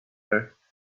earth